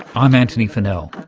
i'm antony funnell.